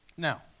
Now